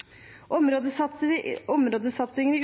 i